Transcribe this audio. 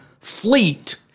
fleet